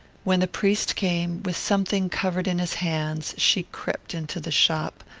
when the priest came, with something covered in his hands, she crept into the shop,